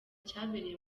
cyabereye